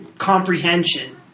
Comprehension